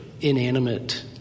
inanimate